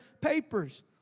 papers